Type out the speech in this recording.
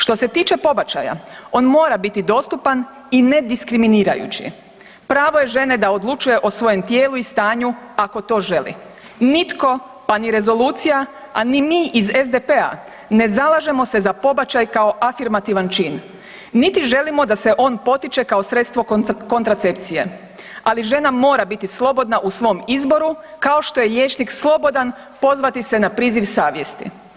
Što se tiče pobačaja on mora biti dostupan i nediskriminirajući, pravo je žene da odlučuje o svojem tijelu i stanju ako to želi, nitko pa ni rezolucija, a ni mi iz SDP-a ne zalažemo se za pobačaj kao afirmativan čin, niti želimo da se on potiče kao sredstvo kontracepcije, ali žena mora biti slobodna u svom izboru kao što je liječnik slobodan pozvati se na priziv savjesti.